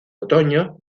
otoño